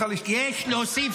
תגישי תלונה לוועדת